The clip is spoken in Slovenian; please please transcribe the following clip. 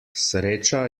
sreča